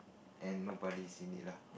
and nobody is in it lah